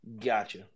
Gotcha